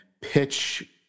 pitch